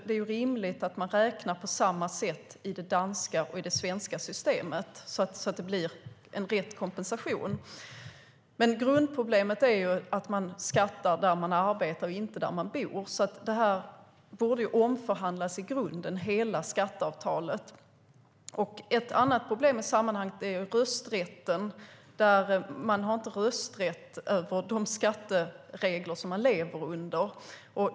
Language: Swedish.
Det är rimligt att man räknar på samma sätt i det danska och i det svenska systemet så att det blir rätt kompensation. Grundproblemet är att människor skattar där de arbetar och inte där de bor. Hela skatteavtalet borde omförhandlas i grunden. Ett annat problem i sammanhanget är rösträtten. Människor har inte rösträtt över de skatteregler som de lever under.